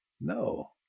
No